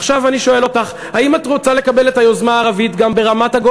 עכשיו אני שואל אותך: האם את רוצה לקבל את היוזמה הערבית גם ברמת-הגולן,